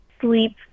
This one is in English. sleep